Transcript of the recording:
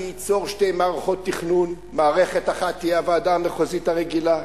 זה ייצור שתי מערכות תכנון: מערכת אחת תהיה הוועדה המחוזית הרגילה,